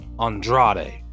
Andrade